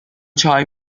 چای